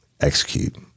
execute